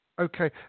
Okay